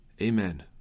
Amen